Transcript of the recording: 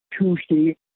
Tuesday